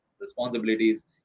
responsibilities